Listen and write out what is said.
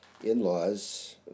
in-laws